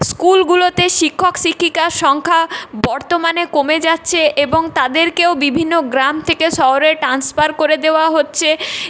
স্কুলগুলোতে শিক্ষক শিক্ষিকার সংখ্যা বর্তমানে কমে যাচ্ছে এবং তাদেরকেও বিভিন্ন গ্রাম থেকে শহরে টান্সফার করে দেওয়া হচ্ছে